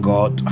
God